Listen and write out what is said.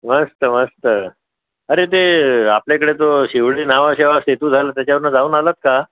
मस्त मस्त अरे ते आपल्या इकडे तो शिवडी न्हावा शेवा सेतू झाला आहे त्याच्यावरनं जाऊन आलात का